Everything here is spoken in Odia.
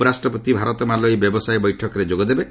ଉପରାଷ୍ଟ୍ରପତି ଭାରତ ମାଲାଓ୍ୱି ବ୍ୟବସାୟ ବୈଠକରେ ଯୋଗ ଦେବେ